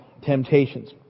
temptations